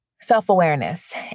self-awareness